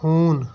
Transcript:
ہوٗن